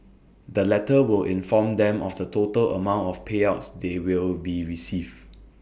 the letter will inform them of the total amount of payouts they will be receive